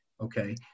Okay